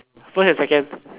first and second